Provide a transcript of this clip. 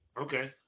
Okay